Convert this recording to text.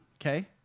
okay